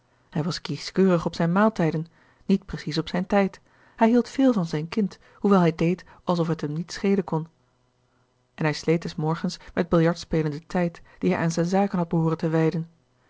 hij was kieskeurig op zijn maaltijden niet precies op zijn tijd hij hield veel van zijn kind hoewel hij deed als of het hem niet schelen kon en hij sleet des morgens met biljartspelen den tijd dien hij aan zijn zaken had behooren te wijden